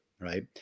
right